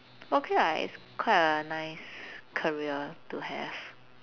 okay lah it's quite a nice career to have